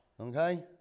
Okay